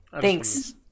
Thanks